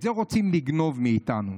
את זה רוצים לגנוב מאיתנו.